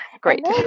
Great